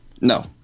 no